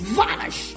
vanish